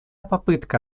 попытка